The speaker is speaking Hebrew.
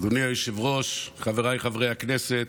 אדוני היושב-ראש, חבריי חברי הכנסת,